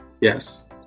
Yes